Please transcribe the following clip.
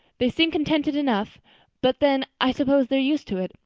they seem contented enough but then, i suppose, they're used to it.